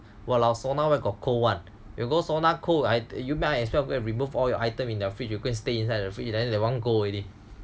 !walao! sauna where got cold [one] you go sauna cold I'd you might as well be removed all your item in the fridge you go and stay inside the fridge then that one cold already